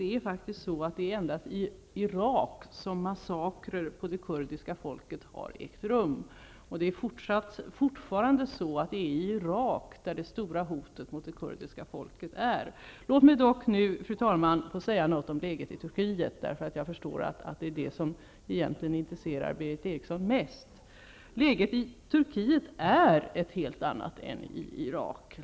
Det är faktisk endast i Irak som massakrer på det kurdiska folket har ägt rum. Det är i Irak som det stora hotet mot det kurdiska folket finns. Fru talman! Låt mig nu få säga något om läget i Turkiet, eftersom jag förstår att det är det som egentligen intresserar Berith Eriksson mest. Läget i Turkiet är ett helt annat än i Irak.